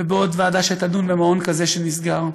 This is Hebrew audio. ובעוד ועדה שתדון במעון כזה שנסגר,